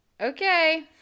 okay